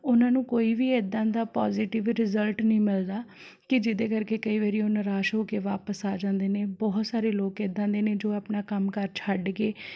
ਉਹਨਾਂ ਨੂੰ ਕੋਈ ਵੀ ਇੱਦਾਂ ਦਾ ਪੋਜ਼ੀਟਿਵ ਰਿਜ਼ਲਟ ਨਹੀਂ ਮਿਲਦਾ ਕਿ ਜਿਹਦੇ ਕਰਕੇ ਕਈ ਵਾਰੀ ਉਹ ਨਿਰਾਸ਼ ਹੋ ਕੇ ਵਾਪਸ ਆ ਜਾਂਦੇ ਨੇ ਬਹੁਤ ਸਾਰੇ ਲੋਕ ਇੱਦਾਂ ਦੇ ਨੇ ਜੋ ਆਪਣਾ ਕੰਮਕਾਰ ਛੱਡ ਕੇ